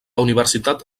universitat